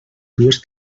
dues